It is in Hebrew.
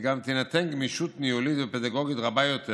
וגם תינתן גמישות ניהולית ופדגוגית רבה יותר